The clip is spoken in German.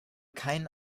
keinen